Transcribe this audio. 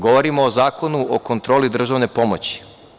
Govorimo o Zakonu o kontroli državne pomoći.